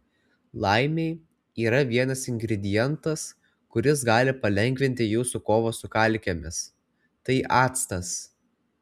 laimei yra vienas ingredientas kuris gali palengvinti jūsų kovą su kalkėmis tai actas